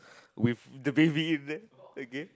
with the baby there okay